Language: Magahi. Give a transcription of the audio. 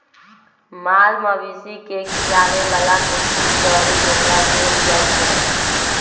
माल मवेशी के खीयाबे बला कुट्टी चरी ओकरा देल जाइ छै